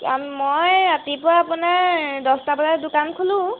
ইয়াত মই ৰাতিপুৱা আপোনাৰ দহটা বজাত দোকান খুলোঁ